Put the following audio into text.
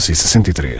1963